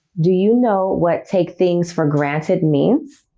do you know what take things for granted means?